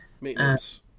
Maintenance